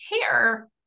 care